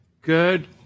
Good